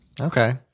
Okay